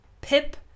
Pip